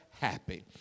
happy